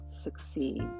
succeed